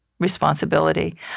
Responsibility